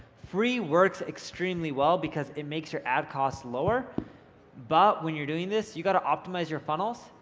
free works extremely well because it makes your ad cost lower but when you're doing this you got to optimise your funnels,